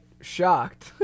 shocked